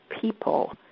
people